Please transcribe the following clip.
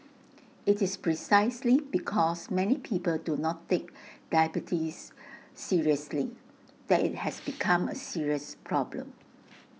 IT is precisely because many people do not take diabetes seriously that IT has become A serious problem